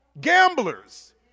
gamblers